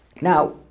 Now